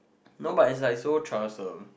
no but it's like so troublesome